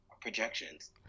projections